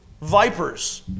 vipers